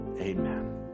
Amen